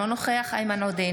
אינו נוכח איימן עודה,